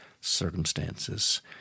circumstances